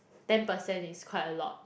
ten percent is quite a lot